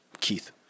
Keith